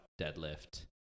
deadlift